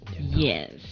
Yes